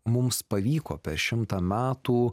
mums pavyko per šimtą metų